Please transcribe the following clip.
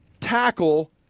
tackle